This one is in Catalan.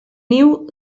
niu